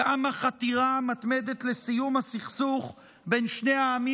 גם החתירה המתמדת לסיום הסכסוך בין שני העמים